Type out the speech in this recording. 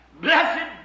Blessed